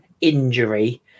injury